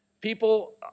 People